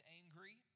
angry